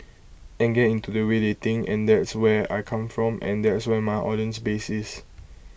and get into the way they think and there is where I come from and there is where my audience base is